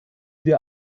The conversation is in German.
wir